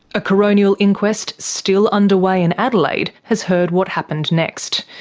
a coronial inquest still underway in adelaide has heard what happened next.